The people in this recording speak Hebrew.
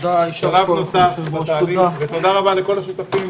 תודה לכל השותפים,